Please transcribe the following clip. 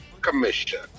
Commission